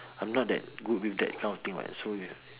I'm not that good with that kind of thing [what] so